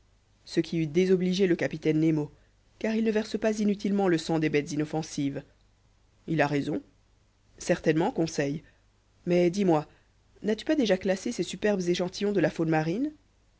ce qui eût désobligé le capitaine nemo car il ne verse pas inutilement le sang des bêtes inoffensives il a raison certainement conseil mais dis-moi n'as-tu pas déjà classé ces superbes échantillons de la faune marine